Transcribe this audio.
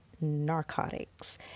narcotics